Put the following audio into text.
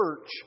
church